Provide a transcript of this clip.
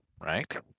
right